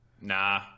Nah